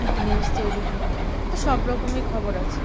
একটা নিউজ তৈরি হয় তো সব রকমই খবর আছে